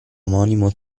omonimo